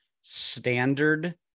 standard